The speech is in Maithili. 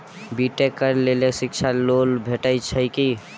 बी टेक करै लेल शिक्षा लोन भेटय छै की?